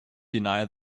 deny